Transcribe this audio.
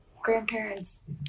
grandparents